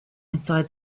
inside